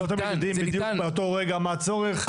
לא תמיד יודעים בדיוק באותו רגע מה הצורך.